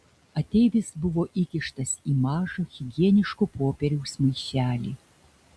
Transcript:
ateivis buvo įkištas į mažą higieniško popieriaus maišelį